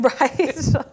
Right